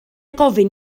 gofyn